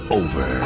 over